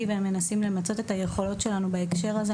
ומנסים למצות את היכולות שלנו בהקשר הזה.